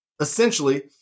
Essentially